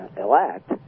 elect